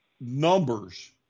numbers